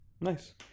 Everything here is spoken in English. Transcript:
Nice